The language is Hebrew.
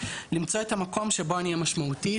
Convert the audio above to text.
למצוא את המקום שבו אני אהיה משמעותית.